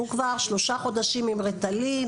הוא כבר שלושה חודשים עם ריטלין,